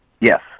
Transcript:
Yes